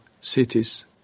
cities